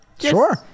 sure